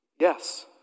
Yes